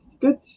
good